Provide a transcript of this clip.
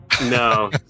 No